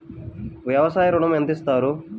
వ్యవసాయ ఋణం ఎంత ఇస్తారు?